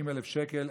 50,000 שקלים.